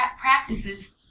practices